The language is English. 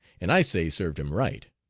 and i say served him right.